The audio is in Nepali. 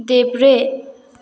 देब्रे